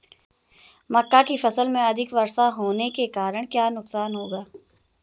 मक्का की फसल में अधिक वर्षा होने के कारण क्या नुकसान होगा?